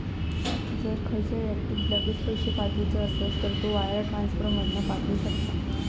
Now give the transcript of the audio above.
जर खयच्या व्यक्तिक लगेच पैशे पाठवुचे असत तर तो वायर ट्रांसफर मधना पाठवु शकता